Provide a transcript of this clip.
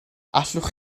allwch